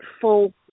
full